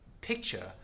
picture